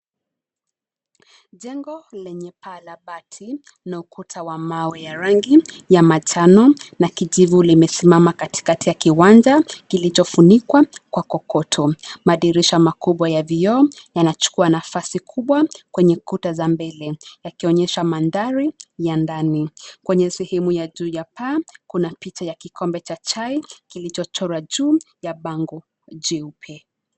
Jengo lenye paa la bati na ukuta wa mawe ya rangi ya manjano na kijivu limesimama katikati ya uwanja kilichofunikwa kwa kokoto. Madirisha makubwa ya vioo yanachukuwa nafasi kubwa kwenye kuta za mbele, yakionyesha mandhari ya ndani, kwenye sehemu ya juu ya paa kuna picha ya kikombe cha chai kilicho chorwa juu ya bango jeupe.